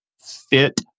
fit